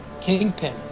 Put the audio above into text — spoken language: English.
Kingpin